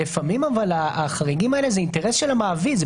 אבל לפעמים החריגים האלה זה אינטרס של המעביד.